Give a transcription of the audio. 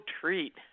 treat